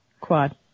Quad